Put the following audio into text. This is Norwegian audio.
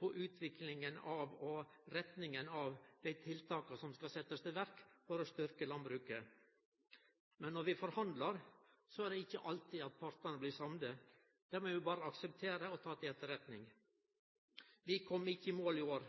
på utviklinga av og retninga på dei tiltaka som skal setjast i verk for å styrkje landbruket. Men når vi forhandlar, er det ikkje alltid at partane blir samde. Det må vi akseptere og ta til etterretning. Vi kom ikkje i mål i år.